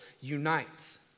unites